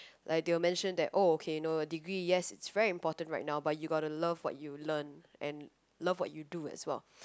like they'll mention that oh okay no a degree yes it's very important right now but you gotta love what you learn and love what you do as well